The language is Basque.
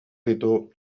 ditu